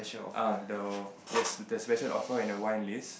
uh the yes the special offer and the wine list